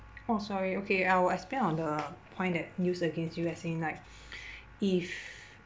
oh sorry okay I will explain on the point that use against you as in like if